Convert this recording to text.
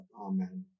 Amen